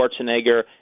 Schwarzenegger